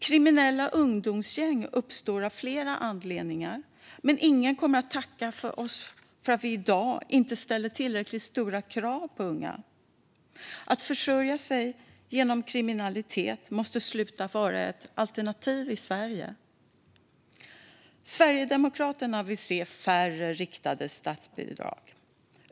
Kriminella ungdomsgäng uppstår av flera anledningar, men ingen kommer att tacka oss för att vi i dag inte ställer tillräckligt stora krav på unga. Att försörja sig genom kriminalitet måste sluta att vara ett alternativ i Sverige. Sverigedemokraterna vill se färre riktade statsbidrag.